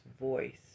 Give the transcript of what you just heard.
voice